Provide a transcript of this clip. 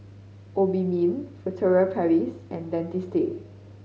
Obimin Furtere Paris and Dentiste